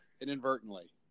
inadvertently